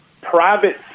private